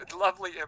lovely